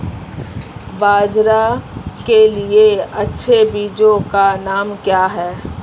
बाजरा के लिए अच्छे बीजों के नाम क्या हैं?